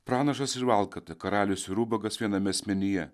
pranašas ir valkata karalius ir ubagas viename asmenyje